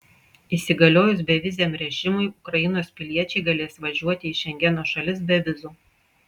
įsigaliojus beviziam režimui ukrainos piliečiai galės važiuoti į šengeno šalis be vizų